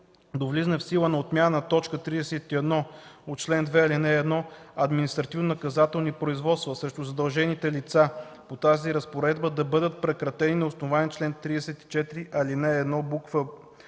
до влизане в сила на отмяната на т. 31 от чл. 2, ал. 1 административнонаказателни производства срещу задължените лица по тази разпоредба да бъдат прекратени на основание чл. 34, ал. 1, б.